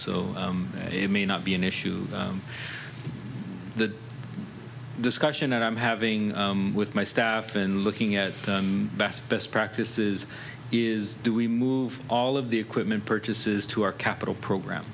so it may not be an issue the discussion that i'm having with my staff in looking at best best practices is do we move all of the equipment purchases to our capital program